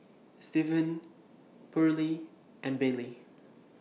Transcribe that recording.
Steven Pearlie and Bailey